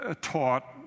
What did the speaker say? taught